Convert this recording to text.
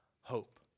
hope